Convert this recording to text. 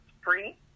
free